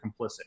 complicit